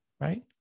right